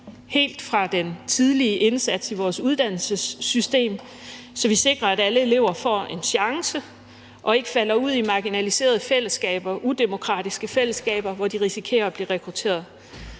helt tidlige indsats i vores uddannelsessystem, så vi sikrer, at alle elever får en chance og ikke falder ud i marginaliserede og udemokratiske fællesskaber, hvor de risikerer at blive rekrutteret.